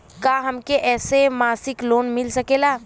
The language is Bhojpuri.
का हमके ऐसे मासिक लोन मिल सकेला?